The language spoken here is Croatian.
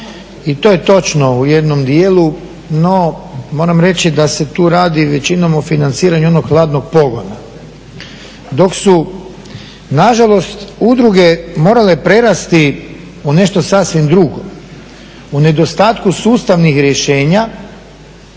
i to je točno u jednom dijelu. No moram reći da se tu radi većinom o financiranju onog hladnog pogona. Dok su nažalost udruge morale prerasti u nešto sasvim drugo, u nedostatku sustavnih rješenja